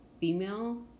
Female